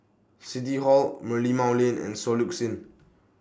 City Hall Merlimau Lane and Soluxe Inn